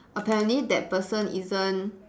apparently that person isn't